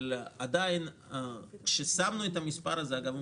אבל עדיין כשקבענו את המספר הזה אגב,